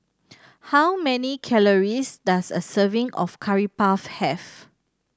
how many calories does a serving of Curry Puff have